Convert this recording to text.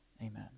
Amen